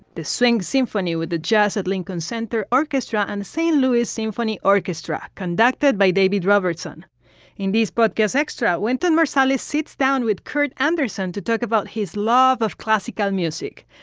the swing symphony with the jazz at lincoln center orchestra and the st. louis symphony orchestra, conducted by david robertson in d. but guess extra wynton marsalis sits down with kurt anderson to talk about his love of classical music.